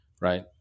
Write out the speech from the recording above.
right